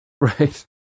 right